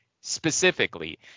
specifically